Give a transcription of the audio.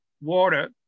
water